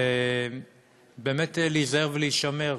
ולהיזהר ולהישמר